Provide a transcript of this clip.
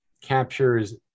captures